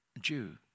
Jew